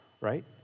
right